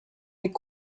est